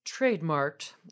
trademarked